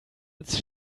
its